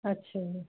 ਅੱਛਾ ਜੀ